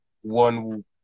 one